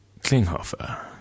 Klinghoffer